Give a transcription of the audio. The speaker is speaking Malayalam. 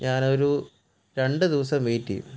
ഞാനൊരു രണ്ടു ദിവസം വെയ്റ്റ് ചെയ്യും